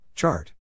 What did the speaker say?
Chart